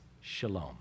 shalom